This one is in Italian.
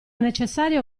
necessario